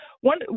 One